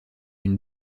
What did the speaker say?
une